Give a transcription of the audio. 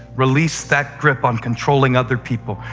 release that grip on controlling other people,